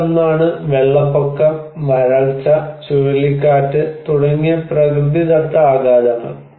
അതിലൊന്നാണ് വെള്ളപ്പൊക്കം വരൾച്ച ചുഴലിക്കാറ്റ് തുടങ്ങിയ പ്രകൃതിദത്ത ആഘാതങ്ങൾ